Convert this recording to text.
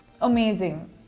amazing